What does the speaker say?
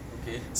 okay